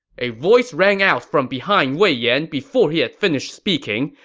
a voice rang out from behind wei yan before he had finished speaking,